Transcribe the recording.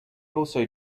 also